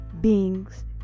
beings